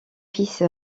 fils